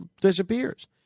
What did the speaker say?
disappears